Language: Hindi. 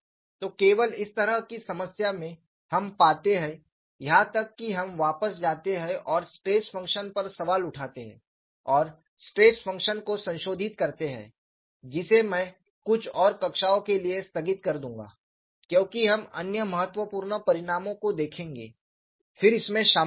तो केवल इस तरह की समस्या में हम पाते हैं यहां तक कि हम वापस जाते हैं और स्ट्रेस फ़ंक्शन पर सवाल उठाते हैं और स्ट्रेस फ़ंक्शन को संशोधित करते हैं जिसे मैं कुछ और कक्षाओं के लिए स्थगित कर दूंगा क्योंकि हम अन्य महत्वपूर्ण परिणामों को देखेंगे फिर इसमें शामिल होंगे